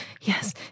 yes